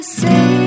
say